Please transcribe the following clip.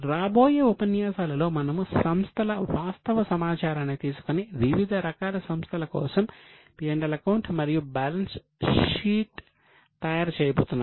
రాబోయే ఉపన్యాసాలలో మనము సంస్థల వాస్తవ సమాచారాన్ని తీసుకుని వివిధ రకాల సంస్థల కోసం P L అకౌంట్ మరియు బ్యాలెన్స్ షీట్ తయారు చేయబోతున్నాము